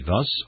thus